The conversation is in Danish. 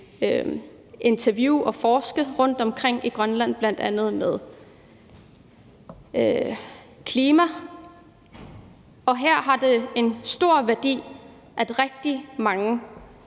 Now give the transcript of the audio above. interviews og forske rundtomkring i Grønland, bl.a. i forhold til klima, og her har det en stor værdi, at rigtig mange